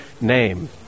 name